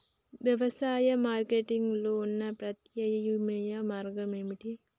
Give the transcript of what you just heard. వ్యవసాయ మార్కెటింగ్ లో ఉన్న ప్రత్యామ్నాయ మార్గాలు ఏమిటి?